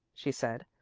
she said,